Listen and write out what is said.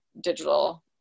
digital